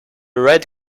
red